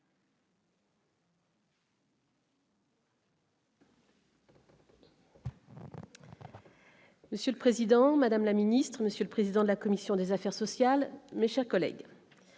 Monsieur le Président, Madame la Ministre, Monsieur le Président de la commission des affaires sociales, mes chers collègues,